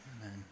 Amen